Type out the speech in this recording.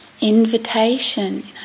invitation